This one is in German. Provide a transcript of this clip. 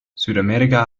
südamerika